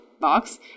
box